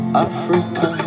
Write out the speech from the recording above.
Africa